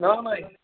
ਨਾ ਨਾ ਨਾ ਜੀ